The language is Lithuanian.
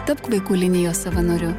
tapk vaikų linijos savanoriu